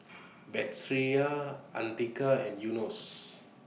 Batrisya Andika and Yunos